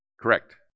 Correct